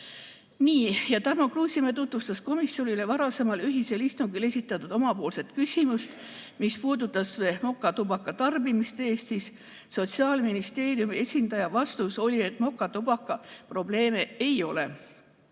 Tarmo Kruusimäe tutvustas komisjonile varasemal ühisel istungil esitatud omapoolset küsimust, mis puudutas mokatubaka tarbimist Eestis. Sotsiaalministeeriumi esindaja vastus oli, et mokatubakaga probleeme ei ole,